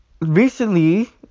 Recently